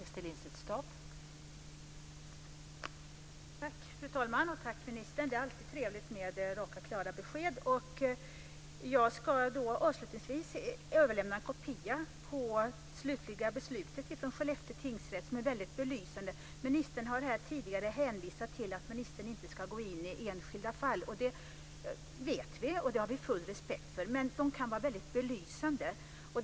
Fru talman! Tack, ministern! Det är alltid trevligt med raka, klara besked. Jag ska avslutningsvis överlämna en kopia på det slutliga beslutet från Skellefteå tingsrätt, som är väldigt belysande. Ministern har här tidigare hänvisat till att ministern inte ska gå in i enskilda fall, och det vet vi och det har vi full respekt för, men enskilda fall kan vara väldigt belysande.